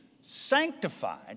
sanctified